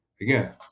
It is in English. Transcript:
Again